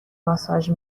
ماساژ